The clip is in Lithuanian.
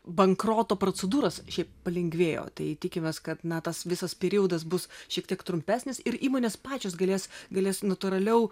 bankroto procedūros šiaip palengvėjo tai tikimės kad na tas visas periodas bus šiek tiek trumpesnis ir įmonės pačios galės galės natūraliau